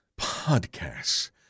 podcasts